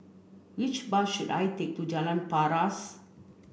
which bus should I take to Jalan Paras